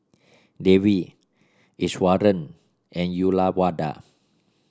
Devi Iswaran and Uyyalawada